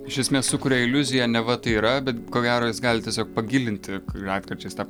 iš esmės sukuria iliuziją neva tai yra bet ko gero jis gali tiesiog pagilinti retkarčiais tą